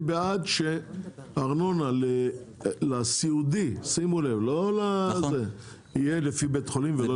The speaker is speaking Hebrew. אני בעד זה שארנונה לסיעודי תהיה לפי בית חולים.